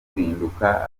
guhinduka